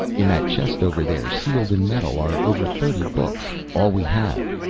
in that chest over there, sealed in metal, are over thirty books, all we have.